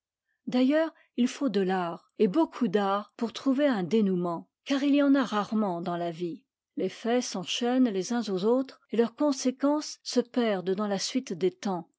d'ailleurs il faut de l'art et beaucoup d'art pour trouver un dénomment car il y en a rarement dans la vie les faits s'enchaînent les uns aux autres et leurs conséquences se perdent dans la suite des temps